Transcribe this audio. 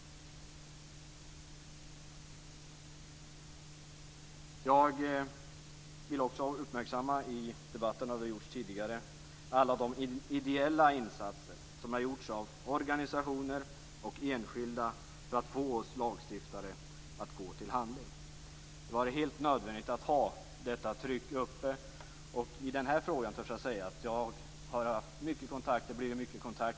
Jag vill i debatten också uppmärksamma, vilket även gjorts tidigare, alla de ideella insatser som har gjorts av organisationer och enskilda för att få oss lagstiftare att gå till handling. Det har varit helt nödvändigt att ha detta tryck. Jag har ofta blivit kontaktad i denna fråga.